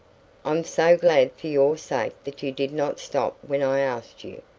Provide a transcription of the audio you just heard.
i'm so glad for your sake that you did not stop when i asked you,